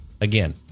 again